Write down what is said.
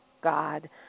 God